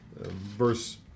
verse